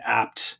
apt